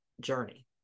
journey